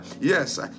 Yes